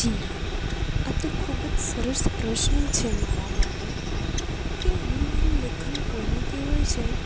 જી હા આ તો ખૂબ જ સરસ પ્રશ્ન છે મારા માટે કે હું મારી લેખન પ્રવૃત્તિ હોય છે